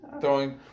throwing